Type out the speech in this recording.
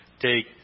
Take